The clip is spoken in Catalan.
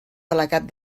delegat